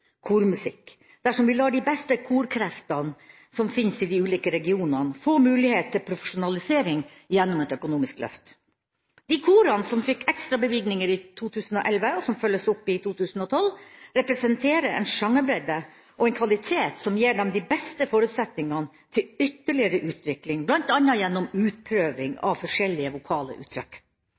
dersom vi lar de beste korkreftene som finnes i de ulike regionene, få mulighet til profesjonalisering gjennom et økonomisk løft. De korene som fikk ekstra bevilgninger i 2011, og som følges opp i 2012, representerer en sjangerbredde og en kvalitet som gir dem de beste forutsetningene til ytterligere utvikling, bl.a. gjennom utprøving av forskjellige vokale uttrykk.